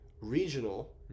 regional